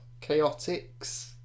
Chaotix